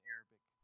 Arabic